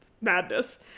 Madness